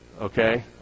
Okay